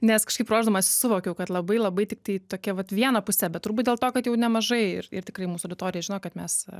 nes kažkaip ruošdamasi suvokiau kad labai labai tiktai tokia vat viena puse bet turbūt dėl to kad jau nemažai ir ir tikrai mūsų auditorija žino kad mes